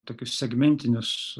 tokius segmentinius